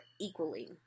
equally